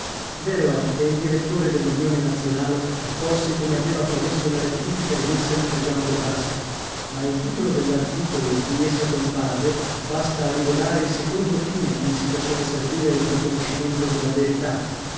vero è che il direttore dell'unione nazionale accolse come aveva promesso la rettifica rimessagli da gian burrasca ma il titolo dell'articolo in cui essa comparve basta a rivelare il secondo fine cui si faceva servire il riconoscimento della verità